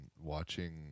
watching